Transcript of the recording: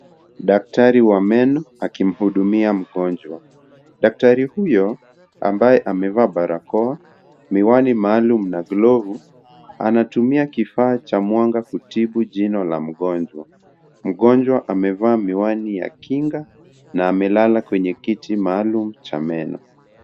Daktari wa meno akimuhudumia mgonjwa, daktari huyo ambaye amevaa barakoa, miwani maalum na glavu anatumia kifaa cha mwanga kutibu jino la mgonjwa, mgonjwa amevaa miwani ya kinga na amelala kwenye kiti maalum cha meno.